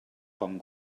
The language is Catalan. com